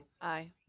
Aye